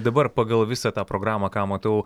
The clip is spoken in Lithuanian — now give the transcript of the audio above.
dabar pagal visą tą programą ką matau